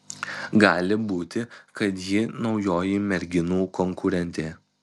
gali būti kad ji naujoji merginų konkurentė